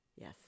Yes